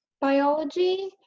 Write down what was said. biology